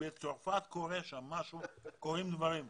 בצרפת קורה משהו וקורים דברים.